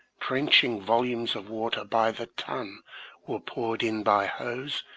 drenching volumes of water by the ton were poured in by hose,